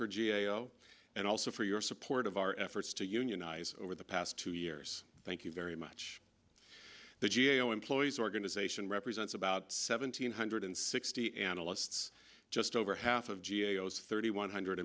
for g a o and also for your support of our efforts to unionize over the past two years thank you very much the g a o employees organization represents about seventeen hundred sixty analysts just over half of g a o thirty one hundred